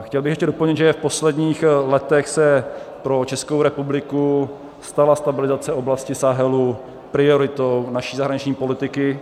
Chtěl bych ještě doplnit, že v posledních letech se pro Českou republiku stala stabilizace oblasti Sahelu prioritou naší zahraniční politiky.